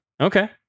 Okay